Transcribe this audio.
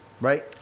right